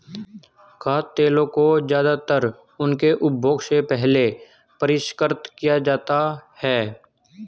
खाद्य तेलों को ज्यादातर उनके उपभोग से पहले परिष्कृत किया जाता है